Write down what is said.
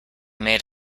made